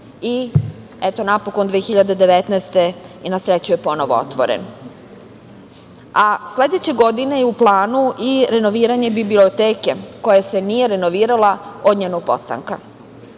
Napokon, 2019. godine je ponovo otvoren. Sledeće godine je u planu i renoviranje biblioteke koja nije renovirana od njenog postanka. Ovde